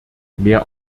mehr